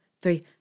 three